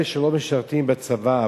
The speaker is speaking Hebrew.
אלה שלא משרתים בצבא,